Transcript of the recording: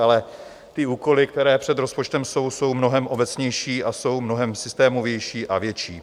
Ale ty úkoly, které před rozpočtem jsou, jsou mnohem obecnější, mnohem systémovější a větší.